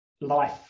life